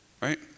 right